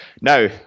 Now